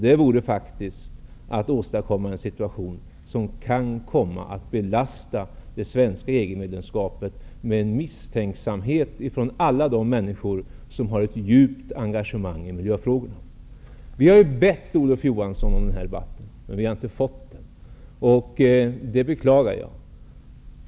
Det vore faktiskt att åstadkomma en situation som kan komma att belasta det svenska EG medlemskapet med en misstänksamhet från alla de människor som har ett djupt engagemang i miljöfrågor. Vi har bett miljöminister Olof Johansson om den här debatten, men vi har inte fått den. Det beklagar jag.